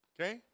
Okay